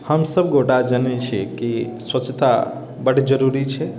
हम सभ गोटा जनैत छी कि स्वच्छता बड्ड जरुरी छै